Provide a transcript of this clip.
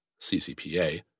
CCPA